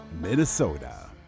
Minnesota